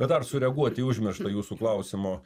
dar sureaguot į užmirštą jūsų klausimo